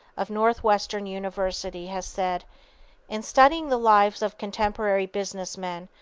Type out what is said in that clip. of northwestern university, has said in studying the lives of contemporary business men,